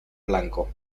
blanco